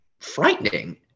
frightening